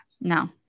No